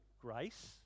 Grace